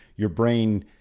your brain